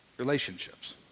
relationships